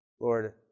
Lord